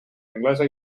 anglesa